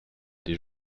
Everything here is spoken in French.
des